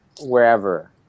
wherever